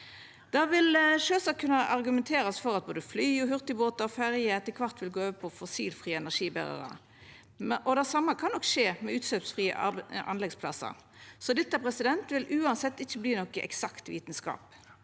Det vil sjølvsagt kunna argumenterast for at både fly, hurtigbåtar og ferjer etter kvart vil gå over på fossilfrie energiberarar, og det same kan nok skje med utsleppsfrie anleggsplassar. Så dette vil uansett ikkje vera nokon eksakt vitskap.